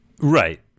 Right